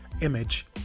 image